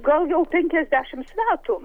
gal jau penkiasdešims metų